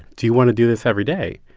do you want to do this every day?